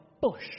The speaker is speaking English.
bush